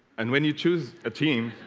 and when you choose a team